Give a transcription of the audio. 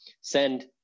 send